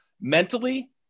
mentally